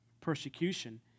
persecution